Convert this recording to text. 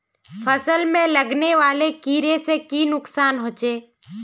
फसल में लगने वाले कीड़े से की नुकसान होचे?